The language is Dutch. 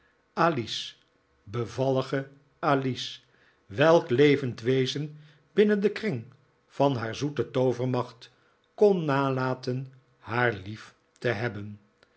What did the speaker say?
alice bevallige alice welk levend wezen binnen den kring van haar zoete toovermacht kon nalaten haar lief te hebben